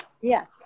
Yes